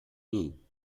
nie